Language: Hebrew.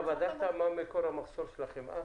בדקת מה מקור המחסור בחמאה?